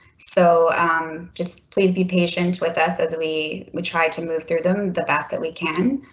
so um just please be patient with us as we we try to move through them. the best that we can.